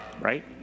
Right